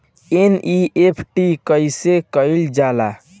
NEFT कइसे कइल जाला?